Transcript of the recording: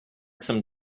some